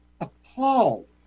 appalled